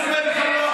אני אומר לך: לא.